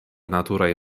naturaj